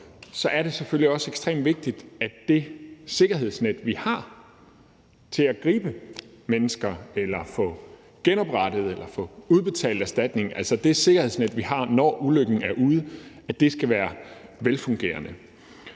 er det selvfølgelig også ekstremt vigtigt, at det sikkerhedsnet, vi har til at gribe mennesker, til at få genoprettet tingene eller i forbindelse med udbetaling af erstatning – altså det sikkerhedsnet, vi har, når ulykken er ude – skal være velfungerende.